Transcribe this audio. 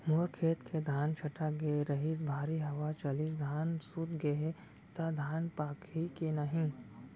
मोर खेत के धान छटक गे रहीस, भारी हवा चलिस, धान सूत गे हे, त धान पाकही के नहीं?